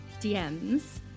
DMs